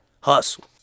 Hustle